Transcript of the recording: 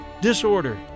disorder